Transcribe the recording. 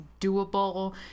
doable